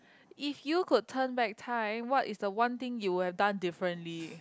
if you got turn back time what is the one thing you will done differently